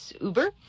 Uber